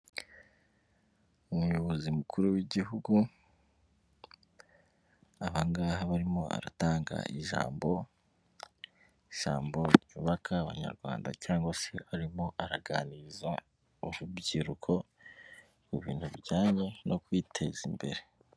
Umuyobozi mukuru w'igihugu ahangaha aba arimo aratanga ijambo, ijambo ryubaka abanyarwanda cyangwa se arimo araganiriza urubyiruko mu ibintu bijyanye no kwiteza imbere.